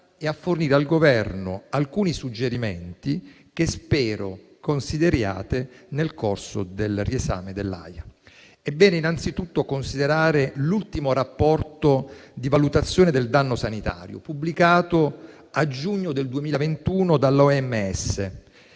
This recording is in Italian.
e a fornire al Governo alcuni suggerimenti, che spero possa considerare nel corso del riesame dell'AIA. È bene innanzitutto considerare l'ultimo rapporto di valutazione del danno sanitario, pubblicato a giugno del 2021 dall'OMS,